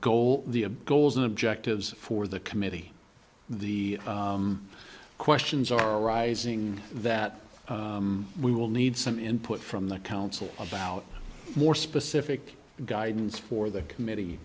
goal the goals and objectives for the committee the questions are arising that we will need some input from the council about more specific guidance for the committee